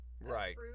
right